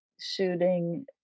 shooting